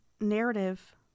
narrative